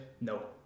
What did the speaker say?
no